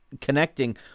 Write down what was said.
connecting